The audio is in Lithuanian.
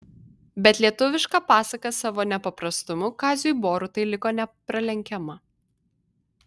bet lietuviška pasaka savo nepaprastumu kaziui borutai liko nepralenkiama